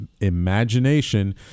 imagination